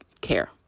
care